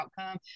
outcome